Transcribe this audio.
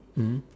mmhmm